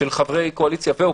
של חברי קואליציה ואופוזיציה,